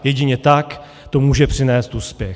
Jedině tak to může přinést úspěch.